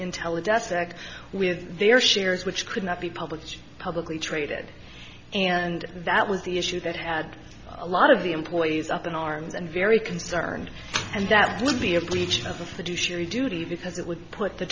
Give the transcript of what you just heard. intelligence act with their shares which could not be published publicly traded and that was the issue that had a lot of the employees up in arms and view very concerned and that would be a breach of a fiduciary duty because it would put the